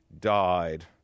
died